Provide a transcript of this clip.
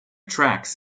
tracks